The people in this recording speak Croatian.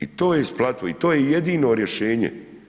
I to je isplativo i to je jedino rješenje.